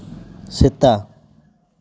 ᱥᱮᱛᱟ